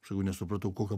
sakau nesupratau kokia